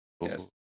Yes